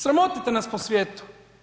Sramotite nas po svijetu.